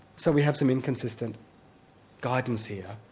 so we have some inconsistent guidance here,